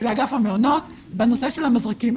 לאגף המעונות בנושא של המזרקים.